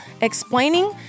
explaining